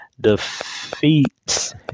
defeats